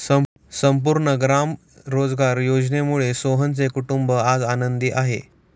संपूर्ण ग्राम रोजगार योजनेमुळे सोहनचे कुटुंब आज आनंदी आहे